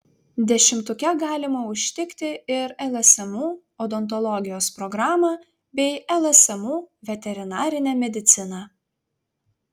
dešimtuke galima užtikti ir lsmu odontologijos programą bei lsmu veterinarinę mediciną